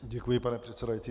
Děkuji, pane předsedající.